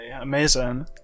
Amazing